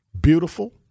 beautiful